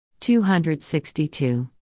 262